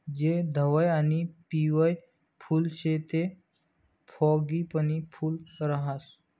जे धवयं आणि पिवयं फुल शे ते फ्रॉगीपनी फूल राहास